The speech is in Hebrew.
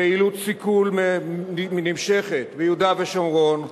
פעילות סיכול נמשכת ביהודה ושומרון,